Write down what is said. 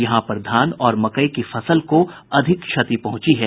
यहां पर धान और मकई की फसल को अधिक क्षति पहुंची है